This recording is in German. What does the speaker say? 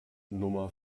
nummer